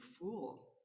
fool